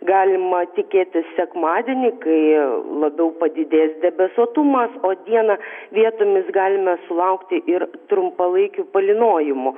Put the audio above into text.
galima tikėtis sekmadienį kai labiau padidės debesuotumas o dieną vietomis galima sulaukti ir trumpalaikių palynojimų